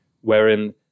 wherein